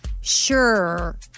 Sure